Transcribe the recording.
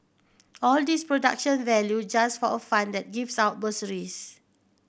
all this production value just for a fund that gives out bursaries